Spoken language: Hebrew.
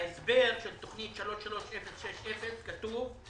כתוב בהסבר של תכנית 33-060 כתוב: